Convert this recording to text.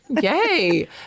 yay